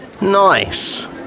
Nice